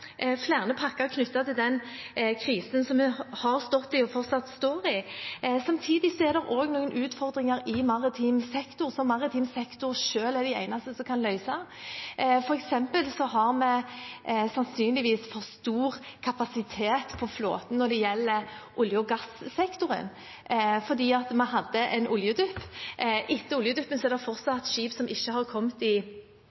pakker knyttet til den krisen som vi har stått i, og fortsatt står i. Samtidig er det også noen utfordringer i maritim sektor som maritim sektor selv er de eneste som kan løse. For eksempel har vi sannsynligvis for stor kapasitet på flåten når det gjelder olje- og gassektoren, fordi vi hadde en oljedupp. Etter oljeduppen er det